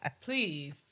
please